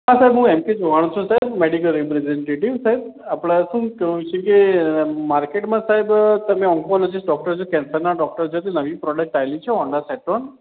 હા સાહેબ હું એન ટી ચૌહાણ છું સાહેબ મેડિકલ રીપ્રેઝન્ટેટિવ સાહેબ આપણે શું કહું છું કે માર્કેટમાં સાહેબ તમે ઑન્કોલૉજિસ્ટ ડૉક્ટર છો કૅન્સરના ડોક્ટર છો તો નવી પ્રોડક્ટ આવેલી છે હૉન્ડા સેટ્રોન